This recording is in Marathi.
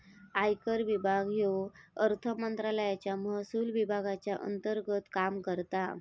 आयकर विभाग ह्यो अर्थमंत्रालयाच्या महसुल विभागाच्या अंतर्गत काम करता